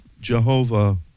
jehovah